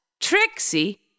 Trixie